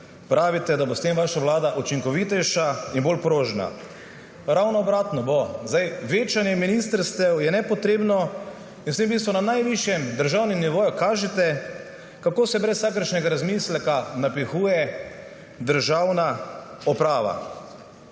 20 ministrstvi vaša vlada učinkovitejša in bolj prožna. Ravno obratno bo. Večanje ministrstev je nepotrebno in zdaj v bistvu na najvišjem državnem nivoju kažete, kako se brez vsakršnega razmisleka napihuje državna uprava.